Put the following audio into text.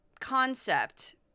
concept